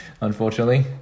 unfortunately